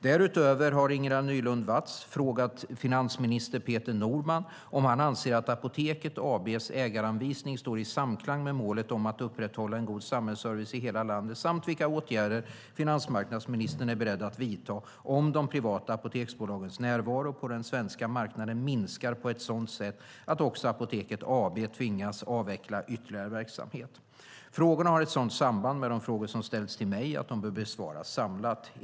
Därutöver har Ingela Nylund Watz frågat finansmarknadsminister Peter Norman om han anser att Apoteket AB:s ägaranvisning står i samklang med målet om att upprätthålla en god samhällsservice i hela landet, samt vilka åtgärder finansmarknadsministern är beredd att vidta om de privata apoteksbolagens närvaro på den svenska marknaden minskar på ett sådant sätt att också Apoteket AB tvingas avveckla ytterligare verksamhet. Frågorna har ett sådant samband med de frågor som ställts till mig att de bör besvaras samlat.